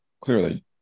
Clearly